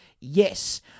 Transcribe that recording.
Yes